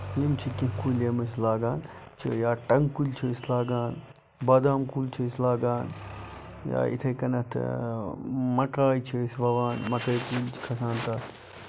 یِم چھِ تِم کُلۍ یِم أسۍ لاگان چھِ یا ٹَنگہٕ کُلی چھِ أسۍ بادام کُلۍ چھِ أسۍ لاگان یا یِتھے کنیتھ مَکٲے چھِ أسۍ وَوان مکٲے چھِ کھسان تَتھ